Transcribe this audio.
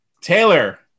Taylor